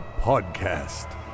podcast